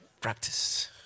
Practice